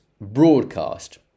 broadcast